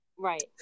Right